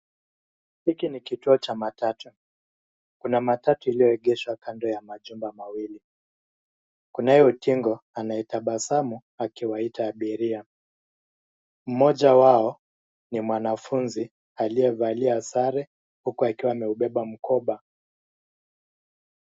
Hiki ni kituo cha matatu. Kuna matatu iliyoegeshwa kando ya majumba mawili. Kunaye utingo akitabasamu akiwaita abiria. Mmoja wao ni mwanafunzi aliyevalia sare huku akiwa ameubeba mkoba.